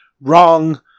wrong